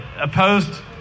opposed